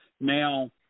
Now